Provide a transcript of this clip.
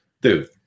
dude